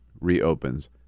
reopens